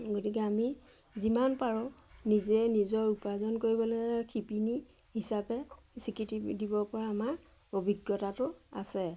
গতিকে আমি যিমান পাৰোঁ নিজে নিজৰ উপাৰ্জন কৰিবলৈ শিপিনী হিচাপে স্বীকৃতি দিব পৰা আমাৰ অভিজ্ঞতাটো আছে